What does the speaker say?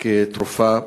כתרופה.